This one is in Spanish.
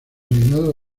reinado